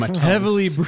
Heavily